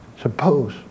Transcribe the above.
suppose